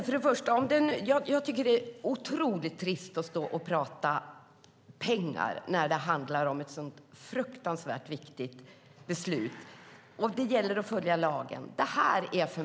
Fru talman! Jag tycker att det är otroligt trist att stå och tala om pengar när det handlar om ett så viktigt beslut. Det gäller att följa lagen.